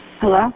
Hello